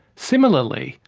similarly,